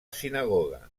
sinagoga